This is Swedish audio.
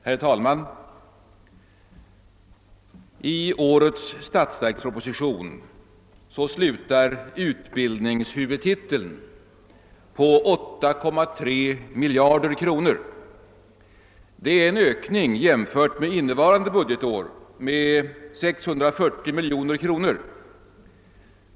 Herr talman! I årets statsverksproposition slutar utbildningshuvudtiteln på 8,3 miljarder kronor, vilket jämfört med innevarande budgetår innebär en ökning med 640 miljoner kronor.